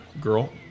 girl